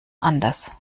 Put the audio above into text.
anders